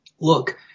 look